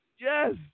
Yes